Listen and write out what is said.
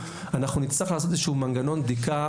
אנחנו נצטרך לעשות איזשהו מנגנון בדיקה